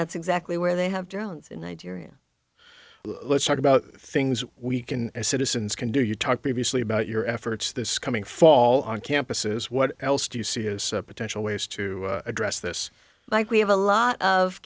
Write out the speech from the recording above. that's exactly where they have drones in nigeria let's talk about things we can as citizens can do you tart previously about your efforts this coming fall on campuses what else do you see is potential ways to address this like we have a lot of